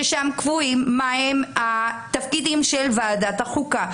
ששם קבועים מהם התפקידים של ועדת החוקה,